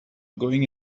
going